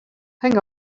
hang